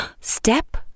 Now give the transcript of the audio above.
step